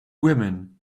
women